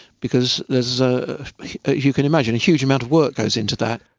because there's, as ah you can imagine, a huge amount of work goes into that.